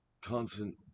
constant